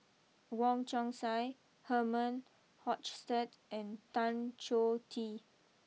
Wong Chong Sai Herman Hochstadt and Tan Choh Tee